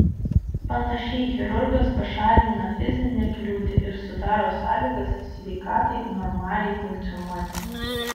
panašiai chirurgas pašalina fizinę kliūtį ir sudaro sąlygas sveikatai normaliai funkcionuoti